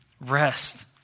Rest